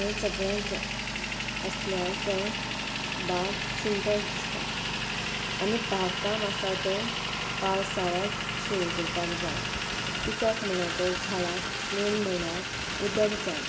हें सगळें आसल्यार तें बाग सुंदर दिसता आनी बाग काम आसा तें पावसाळ्यांत सुरू करपाक जाय कित्याक म्हणल्यार तर झाडांक मेन म्हणल्यार उदक जाय